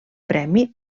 premi